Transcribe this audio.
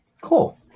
Cool